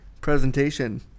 presentation